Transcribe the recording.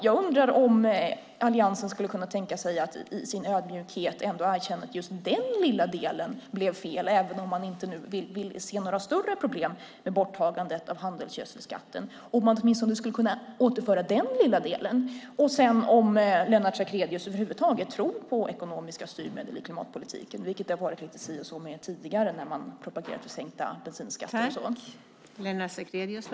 Jag undrar om Alliansen skulle kunna tänka sig att i sin ödmjukhet ändå erkänna att just denna lilla del blev fel även om man inte vill se några större problem med borttagandet av handelsgödselskatten. Man skulle åtminstone kunna återföra den lilla delen. Sedan undrar jag om Lennart Sacrédeus över huvud taget tror på ekonomiska styrmedel i klimatpolitiken. Det har varit lite si och så med det tidigare när man har propagerat för sänkta bensinskatter och så.